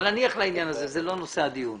אבל נניח לעניין הזה עכשיו כי זה לא נושא הדיון.